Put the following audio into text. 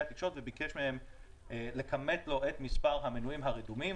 התקשורת וביקש מהם לכמת לו את מספר המנויים הרדומים.